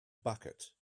bucket